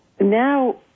Now